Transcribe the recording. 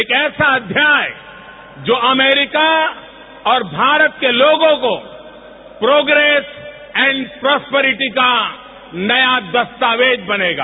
एक ऐसा अध्याय जो अमरीका और भारत के लोगों को प्रोग्रेस एंड प्रोसपेरिटी का नया दस्तावेज बनेगा